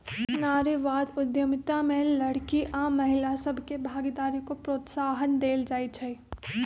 नारीवाद उद्यमिता में लइरकि आऽ महिला सभके भागीदारी को प्रोत्साहन देल जाइ छइ